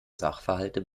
sachverhalte